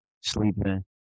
sleeping